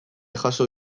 jaso